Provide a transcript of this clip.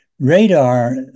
radar